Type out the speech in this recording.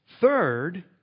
Third